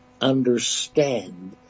understand